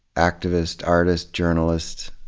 activist, artist, journalist,